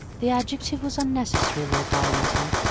the adjective was unnecessary, lord darlington.